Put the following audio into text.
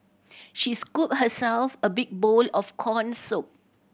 she scooped herself a big bowl of corn soup